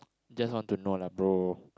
just want to know lah bro